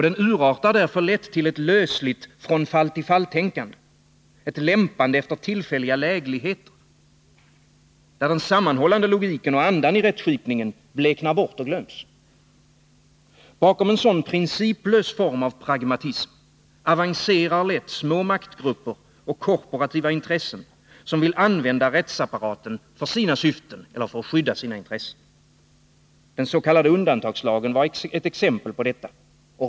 Den urartar därför lätt till ett lösligt från-fall-till-fall-tänkande, ett lämpande efter tillfälliga lägligheter, där den sammanhållande logiken och andan i rättskipningen bleknar bort och glöms. Bakom en sådan principlös form av pragmatism avancerar lätt små maktgrupper och korporativa intressen, som vill använda rättsapparaten för sina syften eller för att skydda sina intressen. Den s.k. undantagslagen var ett exempel på detta.